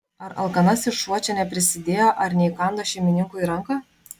ar alkanasis šuo čia neprisidėjo ar neįkando šeimininkui į ranką